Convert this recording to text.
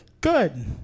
Good